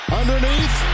underneath